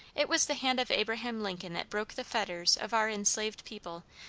it was the hand of abraham lincoln that broke the fetters of our enslaved people,